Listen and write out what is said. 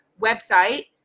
website